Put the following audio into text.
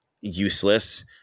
useless